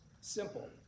Simple